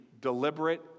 deliberate